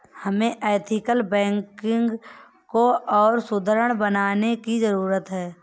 हमें ethical banking को और सुदृढ़ बनाने की जरूरत है